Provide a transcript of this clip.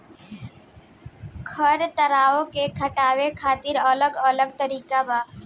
खर पतवार के हटावे खातिर अलग अलग तरीका बा